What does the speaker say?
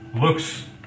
looks